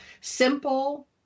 simple